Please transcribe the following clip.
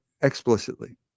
explicitly